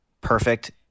perfect